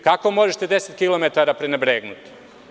Kako možete 10 km prenebregnuti?